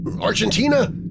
Argentina